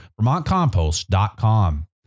VermontCompost.com